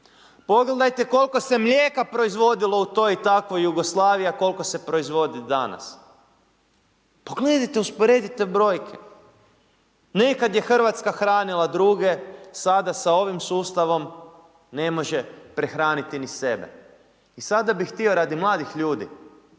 Pogledajte koliko se mlijeka proizvodilo u toj i takvoj Jugoslaviji a koliko se proizvodi danas. Pogledajte, usporedite brojke. Nekad je Hrvatska hranila druge, sada sa ovim sustavom ne može prehraniti ni sebe. I sada bih htio radi mladih ljudi